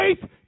Faith